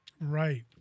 Right